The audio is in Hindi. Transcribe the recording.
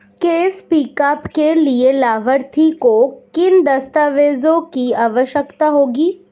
कैश पिकअप के लिए लाभार्थी को किन दस्तावेजों की आवश्यकता होगी?